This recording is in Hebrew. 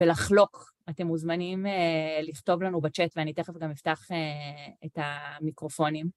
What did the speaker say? ולחלוק, אתם מוזמנים לכתוב לנו בצ'אט, ואני תכף גם אפתח את המיקרופונים.